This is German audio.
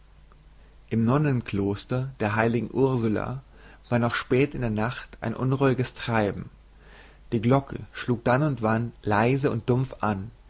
im nonnenkloster der heiligen ursula war noch spät in der nacht ein unruhiges treiben die klocke schlug dann und wann leise und dumpf an